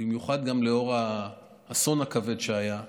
במיוחד גם לאור האסון הכבד שהיה,